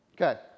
Okay